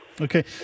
Okay